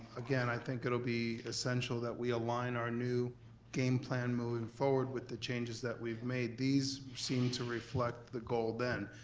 again, i think it'll be essential that we align our new game plan moving forward with the changes that we've made. these seem to reflect the goal then.